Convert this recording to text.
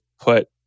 put